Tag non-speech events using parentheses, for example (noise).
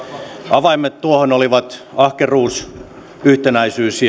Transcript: avaimet tuohon olivat ahkeruus yhtenäisyys (unintelligible)